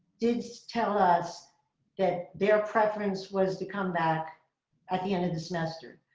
did tell us that their preference was to come back at the end of the semester.